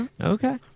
okay